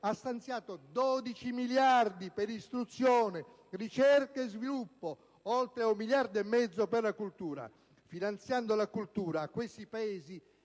ha stanziato 12 miliardi per istruzione, ricerca e sviluppo, oltre a 1,5 miliardi per la cultura. Finanziando la cultura, questi Paesi